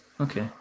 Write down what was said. Okay